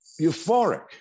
euphoric